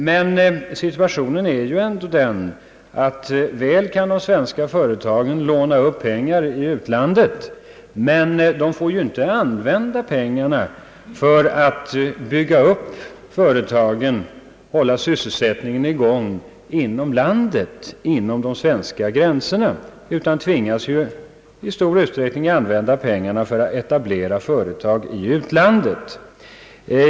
Men situationen är ju ändå den att de svenska företagen visserligen kan låna upp pengar i utlandet, men de får inte använda pengarna för att bygga upp företagen och hålla sysselsättningen i gång inom landet, inom de svenska gränserna. De tvingas i stället att använda pengarna för att etablera företag i utlandet.